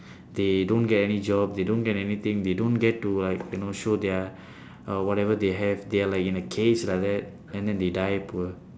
they don't get any jobs they don't get anything they don't get to like you know show their uh whatever they have they are like in a cage like that and then they die poor